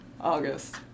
August